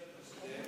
אדוני, אתה צודק.